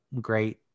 Great